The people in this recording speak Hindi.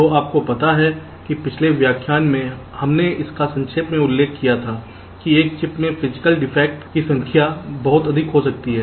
तो आपको पता है कि पिछले व्याख्यान में हमने इसका संक्षेप में उल्लेख किया था कि एक चिप में फिजिकल डिफेक्ट की संख्या बहुत अधिक हो सकती है